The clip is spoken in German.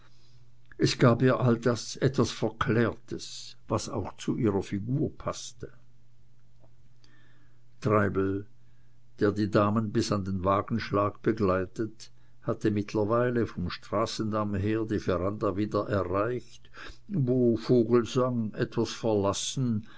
es gab ihr all das etwas verklärtes was auch zu ihrer figur paßte treibel der die damen bis an den wagenschlag begleitet hatte mittlerweile vom straßendamm her die veranda wieder erreicht wo vogelsang etwas verlassen